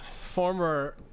former